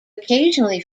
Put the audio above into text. occasionally